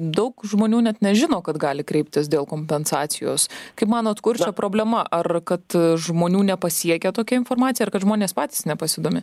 daug žmonių net nežino kad gali kreiptis dėl kompensacijos kaip manot kur čia problema ar kad žmonių nepasiekia tokia informacija ar kad žmonės patys nepasidomi